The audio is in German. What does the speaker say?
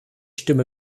stimme